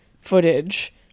footage